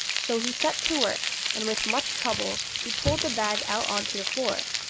so he set to work, and with much trouble he pulled the bag out on to the floor,